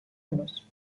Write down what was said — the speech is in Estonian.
mõnus